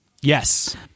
Yes